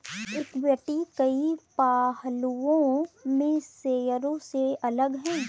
equity कई पहलुओं में शेयरों से अलग है